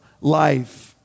life